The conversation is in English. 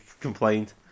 complained